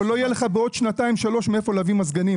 אבל לא יהיה לך בעוד שנתיים-שלוש מאיפה להביא מזגנים,